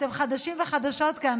אתם חדשים וחדשות כאן,